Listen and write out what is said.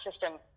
system